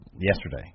yesterday